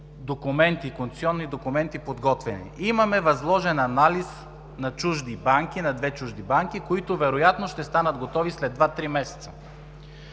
концесионни документи. Имаме възложен анализ на чужди банки, на две чужди банки, които вероятно ще станат готови след 2-3 месеца.